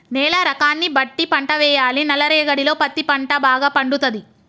నేల రకాన్ని బట్టి పంట వేయాలి నల్ల రేగడిలో పత్తి పంట భాగ పండుతది